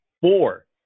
Four